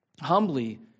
humbly